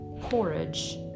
porridge